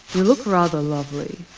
look rather lovely,